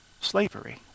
Slavery